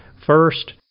First